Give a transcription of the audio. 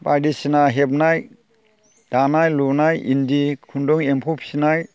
बायदिसिना हेबनाय दानाय लुनाय इन्दि खुन्दुं एम्फौ फिनाय